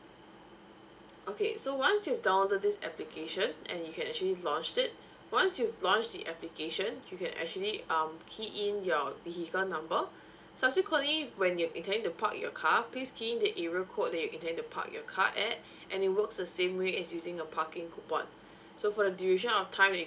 okay so once you've downloaded this application and you can actually launch it once you've launched the application you can actually um key in your vehicle number subsequently when you're intending to park your car please key in the area code that you're intending to park your car at and it works the same way as using your parking coupon so for the duration of time that you're